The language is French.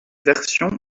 version